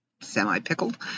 semi-pickled